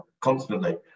constantly